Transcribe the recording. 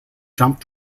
jump